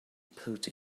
put